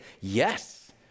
Yes